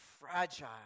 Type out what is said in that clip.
Fragile